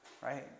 Right